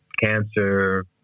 cancer